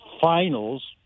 finals